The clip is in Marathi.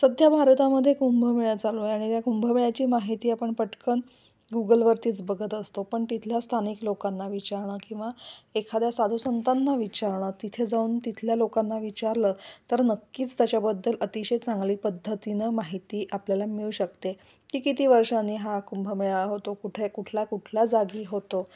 सध्या भारतामध्ये कुंभमेळा चालूय आणि त्या कुंभमेळाची माहिती आपण पटकन गुगलवरतीच बघत असतो पण तिथल्या स्थानिक लोकांना विचारणं किंवा एखाद्या साधुसंतांना विचारणं तिथे जाऊन तिथल्या लोकांना विचारलं तर नक्कीच त्याच्याबद्दल अतिशय चांगली पद्धतीनं माहिती आपल्याला मिळू शकते की किती वर्षानी हा कुंभमेळा होतो कुठे कुठला कुठल्या जागी होतो